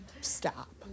Stop